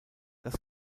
das